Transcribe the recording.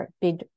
big